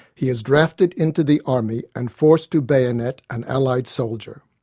he is drafted into the army and forced to bayonet an allied soldier.